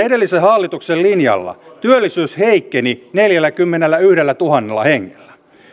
edellisen hallituksen linjalla työllisyys heikkeni neljälläkymmenellätuhannella hengellä